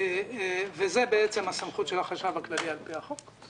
זה בעצם הסמכות של החשב הכללי על פי החוק.